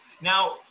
Now